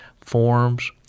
forms